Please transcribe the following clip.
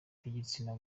b’igitsina